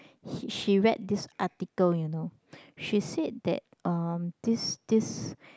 he she read this article you know she said that um this this